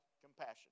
compassion